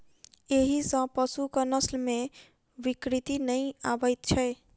एहि सॅ पशुक नस्ल मे विकृति नै आबैत छै